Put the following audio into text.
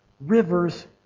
rivers